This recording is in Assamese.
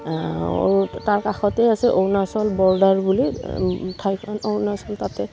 তাৰ কাষতেই আছে অৰুণাচল বৰ্ডাৰ বুলি ঠাইখন অৰুণাচল তাতে